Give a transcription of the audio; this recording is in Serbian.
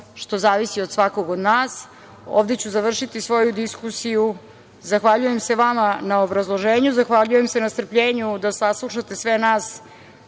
što zavisi od svakog od nas, ovde ću završiti svoju diskusiju. Zahvaljujem se vama na obrazloženju, zahvaljujem se na strpljenju da saslušate sve nas,